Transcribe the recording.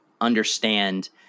understand